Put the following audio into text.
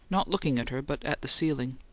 not looking at her, but at the ceiling.